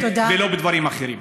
ולא בדברים אחרים.